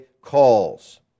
calls